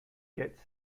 gets